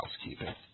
housekeeping